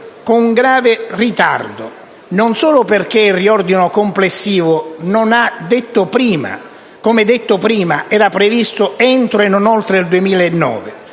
con grave ritardo, non solo perché il riordino complessivo, come ho detto prima, era previsto entro e non oltre il 2009,